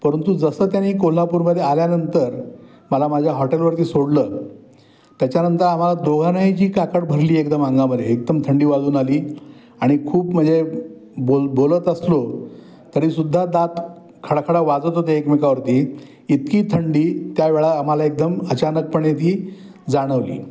परंतु जसं त्याने कोल्हापूरमध्ये आल्यानंतर मला माझ्या हॉटेलवरती सोडलं त्याच्यानंतर आम्हाला दोघांनाही जी काकड भरली एकदम अंगामधे एकदम थंडी वाजून आली आणि खूप म्हणजे बोल बोलत असलो तरीसुद्धा दात खडाखडा वाजत होते एकमेकावरती इतकी थंडी त्यावेळा आम्हाला एकदम अचानकपणे ती जाणवली